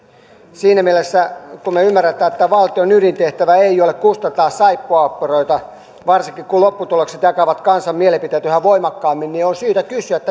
siinä mielessä kun me ymmärrämme että valtion ydintehtävä ei ole kustantaa saippuaoopperoita varsinkin kun kun lopputulokset jakavat kansan mielipiteet yhä voimakkaammin on syytä kysyä